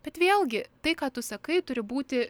bet vėlgi tai ką tu sakai turi būti